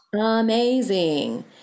amazing